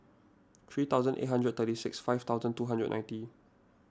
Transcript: three thousand eight hundred and thirty six five thousand two hundred and ninety